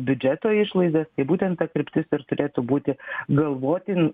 biudžeto išlaidas tai būtent ta kryptis ir turėtų būti galvoti